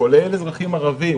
כולל אזרחים ערביים,